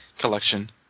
collection